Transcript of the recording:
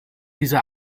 diese